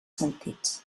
sentits